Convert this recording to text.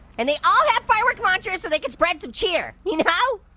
and they all have firework launchers so they could spread some cheer, you know.